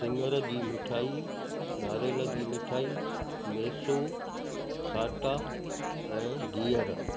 सिंङर जी मिठाई नारेल जी मिठाई मैसू साटा ऐं गीहर